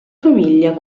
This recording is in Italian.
famiglia